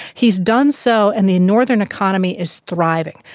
he has done so and the northern economy is thriving.